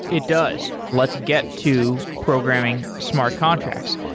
it does. let's get to programming smart contracts.